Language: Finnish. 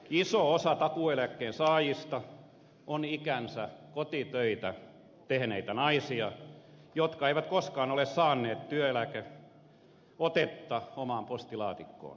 iso osa takuueläkkeen saajista on ikänsä kotitöitä tehneitä naisia jotka eivät koskaan ole saaneet työeläkeotetta omaan postilaatikkoonsa